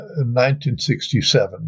1967